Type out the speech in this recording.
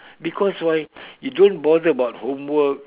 because why you don't bother about homework